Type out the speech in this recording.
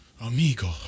Amigo